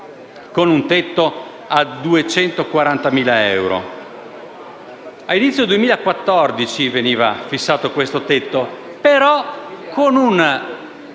con un tetto a 240.000 euro? Ad inizio 2014 veniva fissato questo tetto, però con una